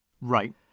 Right